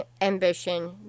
ambition